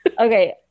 okay